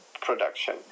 production